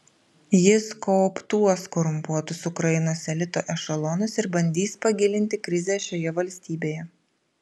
jis kooptuos korumpuotus ukrainos elito ešelonus ir bandys pagilinti krizę šioje valstybėje